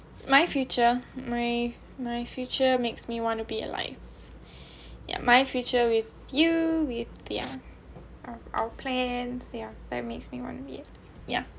my future my my future makes me want to be alive ya my future with you with ya our plans yeah that makes me want to be it yeah